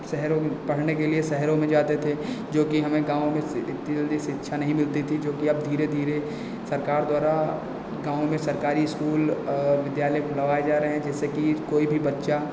शहरों में पढ़ने के लिए शहरों में जाते थे जो कि हमें गाँव में इतनी जल्दी शिक्षा नहीं मिलती थी जो की अब धीरे धीरे सरकार द्वारा गाँव में सरकारी स्कूल विद्यालय खुलवाए जा रहे हैं जिससे कि कोई भी बच्चा